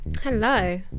Hello